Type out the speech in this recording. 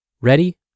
Ready